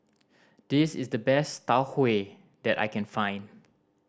this is the best Tau Huay that I can find